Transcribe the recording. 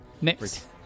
next